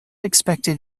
expected